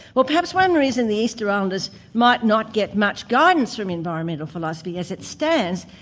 well perhaps one reason the easter islanders might not get much guidance from environmental philosophy as it stands,